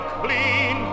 clean